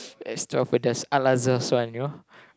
extra pedas al-azhar you know